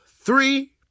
three